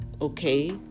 Okay